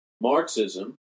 Marxism